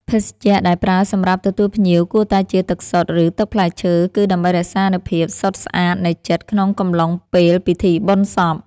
ភេសជ្ជៈដែលប្រើសម្រាប់ទទួលភ្ញៀវគួរតែជាទឹកសុទ្ធឬទឹកផ្លែឈើ គឺដើម្បីរក្សានូវភាពសុទ្ធស្អាតនៃចិត្តក្នុងកំឡុងពេលពិធីបុណ្យសព។